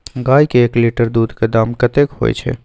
गाय के एक लीटर दूध के दाम कतेक होय छै?